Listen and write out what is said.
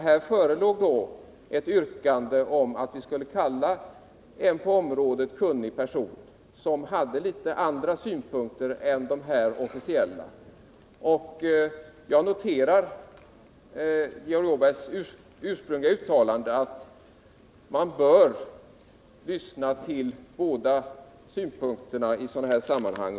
Här förelåg ett yrkande om att vi skulle kalla en på området kunnig person, som hade litet andra synpunkter än de officiella. Jag noterar Georg Åbergs ursprungliga uttalande, att man bör lyssna på båda sidornas synpunkter i sådana här sammanhang.